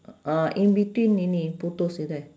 ah in between ini putus gitu eh